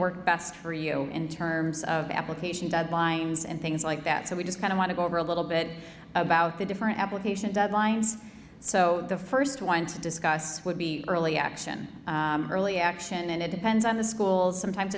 work best for you in terms of application deadlines and things like that so we just kind of want to go over a little bit about the different application deadlines so the first one to discuss would be early action early action and it depends on the schools sometimes